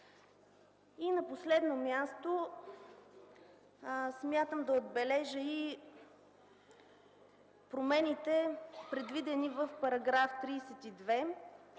И на последно място, смятам да отбележа и промените, предвидени в § 32,